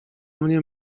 mnie